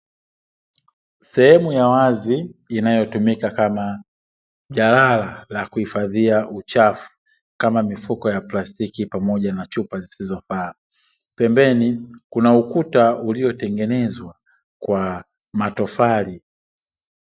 Sehemu ya wazi inayotumika kama jalala la kuhifadhia uchafu, kama; mifuko ya plastiki pamoja na chupa zisizofaa, pembeni kuna ukuta uliotengenezwa kwa matofali.